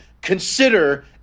consider